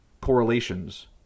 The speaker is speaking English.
correlations